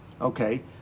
Okay